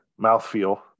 mouthfeel